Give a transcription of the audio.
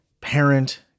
Parent